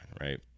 right